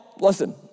listen